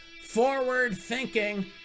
forward-thinking